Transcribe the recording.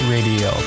Radio